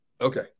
Okay